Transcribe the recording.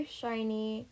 shiny